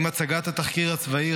עם הצגת התחקיר הצבאי,